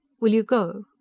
will you go?